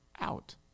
out